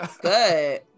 Good